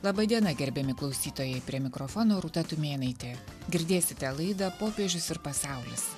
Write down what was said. laba diena gerbiami klausytojai prie mikrofono rūta tumėnaitė girdėsite laida popiežius ir pasaulis